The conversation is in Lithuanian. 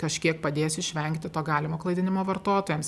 kažkiek padės išvengti to galimo klaidinimo vartotojams